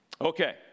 Okay